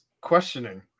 questioning